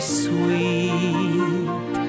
sweet